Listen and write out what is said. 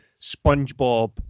SpongeBob